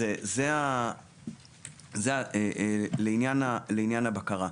אז זה לעניין הבקרה.